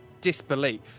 disbelief